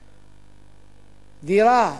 דירה.